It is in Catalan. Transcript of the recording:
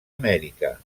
amèrica